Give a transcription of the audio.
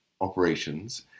operations